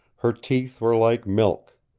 her teeth were like milk.